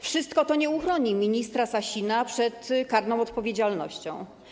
Wszystko to nie uchroni ministra Sasina przed karną odpowiedzialnością.